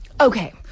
Okay